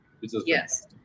Yes